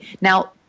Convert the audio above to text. Now